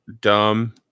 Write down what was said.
Dumb